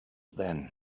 then